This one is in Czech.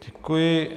Děkuji.